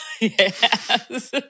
Yes